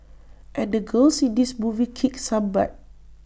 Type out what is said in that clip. and the girls in this movie kick some butt